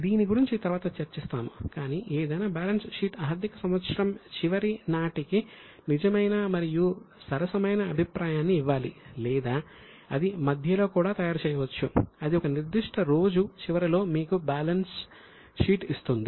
దీని గురించి తరువాత చర్చిస్తాము కాని ఏదైనా బ్యాలెన్స్ షీట్ ఆర్థిక సంవత్సరం చివరి నాటికి నిజమైన మరియు ఖచ్చితమైన అభిప్రాయాన్ని ఇవ్వాలి లేదా అది మధ్యలో కూడా తయారు చేయవచ్చు అది ఒక నిర్దిష్ట రోజు చివరిలో మీకు బ్యాలెన్స్ షీట్ ఇస్తుంది